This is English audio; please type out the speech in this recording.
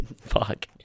fuck